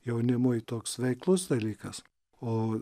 jaunimui toks veiklus dalykas o